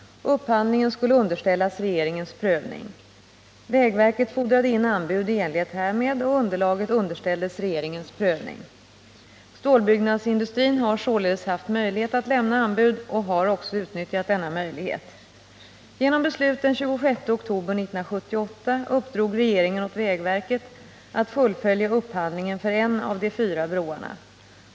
Upphandlingen skulle underställas regeringens prövning. Vägverket fordrade in anbud i enlighet härmed och underlaget underställdes regeringens prövning. Stålbyggnadsindustrin har således haft möjlighet att lämna anbud och har också utnyttjat denna möjlighet. Genom beslut den 26 oktober 1978 uppdrog regeringen åt vägverket att fullfölja upphandlingen för en av de fyra broarna.